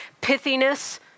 pithiness